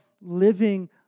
living